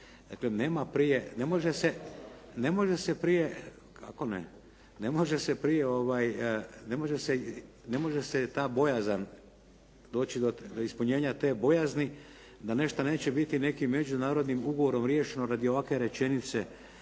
ugovor mora doći na ratifikaciju u Sabor. Dakle, ne može se ta bojazan doći do ispunjena te bojazni da nešto neće biti neki međunarodnim ugovorom riješeno radi ovakve rečenice